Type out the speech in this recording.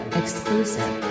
exclusive